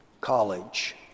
college